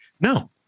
No